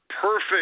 perfect